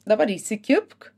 dabar įsikibk